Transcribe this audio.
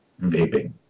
vaping